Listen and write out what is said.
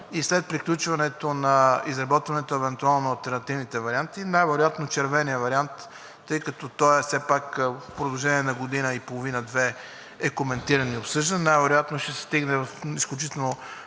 И след приключване на изработването евентуално на алтернативните варианти, най вероятно – червеният вариант, тъй като той все пак в продължение на година и половина-две е коментиран и обсъждан. Най-вероятно ще се стигне в изключително